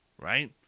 Right